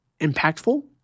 impactful